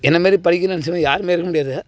என்னை மாரி படிக்கணும்னு நெனச்சவன் யாருமே இருக்க முடியாது